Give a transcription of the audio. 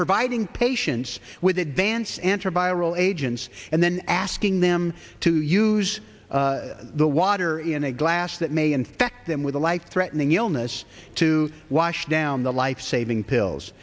providing patients with advanced anti viral agents and then asking them to use the water in a glass that may infect them with a life threatening illness to wash down the life